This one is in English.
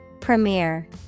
Premiere